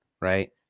right